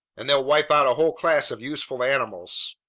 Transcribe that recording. and they'll wipe out a whole class of useful animals.